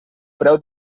preu